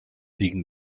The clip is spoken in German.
liegen